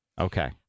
Okay